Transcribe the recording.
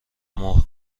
مهر